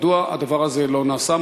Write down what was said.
מדוע הדבר הזה לא נעשה?